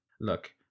look